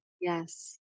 Yes